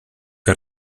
que